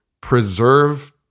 preserve